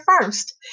first